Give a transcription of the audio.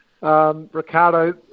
Ricardo